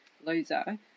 loser